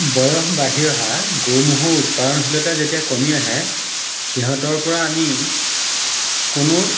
বয়স বাঢ়ি অহা গৰু ম'হৰ উৎপাদনশীলতা যেতিয়া কমি আহে সিহঁতৰ পৰা আমি কোনো